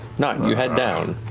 nott, you head down.